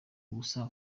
gusa